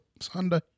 Sunday